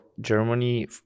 Germany